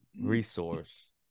resource